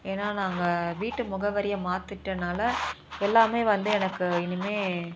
ஏன்னா நாங்கள் வீட்டு முகவரியை மாத்திட்டனால் எல்லாமே வந்து எனக்கு இனிமேல்